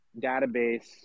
database